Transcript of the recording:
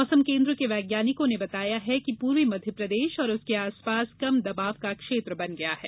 मौसम केन्द्र के वैज्ञानिकों ने बताया कि पूर्वी मध्यप्रदेश और उसके आसपास कम दबाव का क्षेत्र बन गया है